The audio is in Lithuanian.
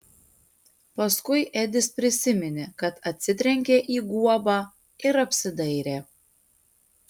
paskui edis prisiminė kad atsitrenkė į guobą ir apsidairė